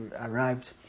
arrived